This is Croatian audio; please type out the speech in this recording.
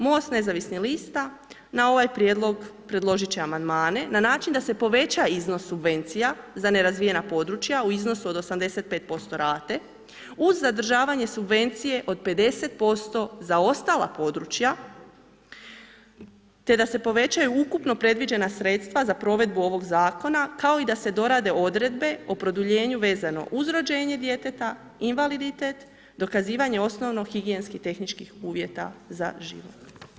MOST nezavisnih lista na ovaj prijedlog predložit će amandmane na način da se poveća iznos subvencija za nerazvijena područja u iznosu od 85% rate uz zadržavanje subvencije od 50% za ostala područja te da se povećaju ukupno predviđena sredstva za provedbu ovog zakona kao i da se dorade odredbe o produljenju vezano uz rođenje djeteta, invaliditet, dokazivanje osnovnih higijenskih tehničkih uvjeta za život.